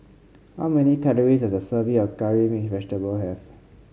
how many calories does a serving of Curry Mixed Vegetable have